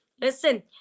listen